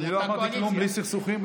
אני לא אמרתי כלום, בלי סכסוכים.